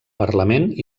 parlament